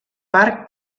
parc